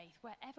wherever